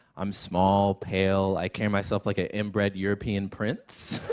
i'm small, pale, i carry myself like an inbred european prince?